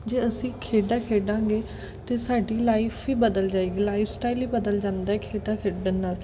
ਜੇ ਅਸੀਂ ਖੇਡਾਂ ਖੇਡਾਂਗੇ ਤਾਂ ਸਾਡੀ ਲਾਈਫ ਹੀ ਬਦਲ ਜਾਏਗੀ ਲਾਈਫ ਸਟਾਈਲ ਹੀ ਬਦਲ ਜਾਂਦਾ ਹੈ ਖੇਡਾਂ ਖੇਡਣ ਨਾਲ